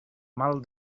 mal